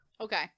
okay